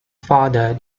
father